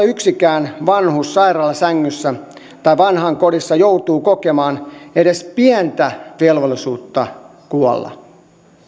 yksikään vanhus sairaalasängyssä tai vanhainkodissa joutuu kokemaan edes pientä velvollisuutta kuolla